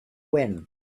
when